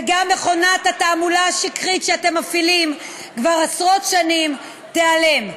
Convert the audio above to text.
וגם מכונת התעמולה השקרית שאתם מפעילים כבר עשרות שנים תיעלם.